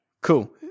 cool